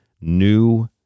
new